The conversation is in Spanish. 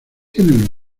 tiene